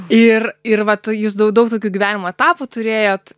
ir ir vat jūs daug daug tokių gyvenimo etapų turėjot